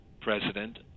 President